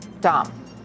Dom